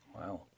Wow